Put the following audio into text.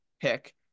pick